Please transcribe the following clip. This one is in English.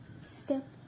Step